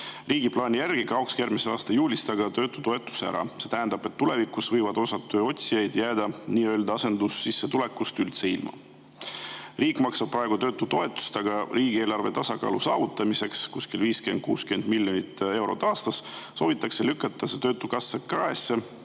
Riigi plaani järgi kaoks järgmise aasta juulist töötutoetus aga ära. See tähendab, et tulevikus võivad osad tööotsijad jääda nii-öelda asendussissetulekust üldse ilma. Riik maksab praegu töötutoetust, aga riigieelarve tasakaalu saavutamiseks – kuskil 50–60 miljonit eurot aastas – soovitakse lükata see töötukassa kraesse